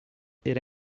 era